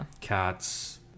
cats